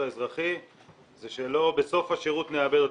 האזרחי זה שלא בסוף השירות נאבד אותם,